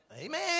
Amen